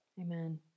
Amen